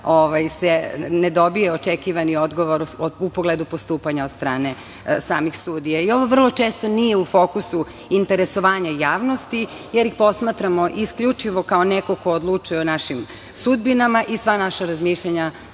se ne dobije očekivani odgovor u pogledu postupanja od strane samih sudija. Ovo vrlo često nije u fokusu interesovanja javnosti jer ih posmatramo isključivo kao nekog ko odlučuje o našim sudbinama i sva naša razmišljanja